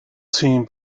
team